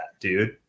dude